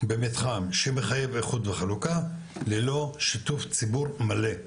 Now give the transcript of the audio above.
במתחם שמחייב איחוד וחלוקה ללא שיתוף ציבור מלא.